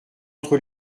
entre